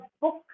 book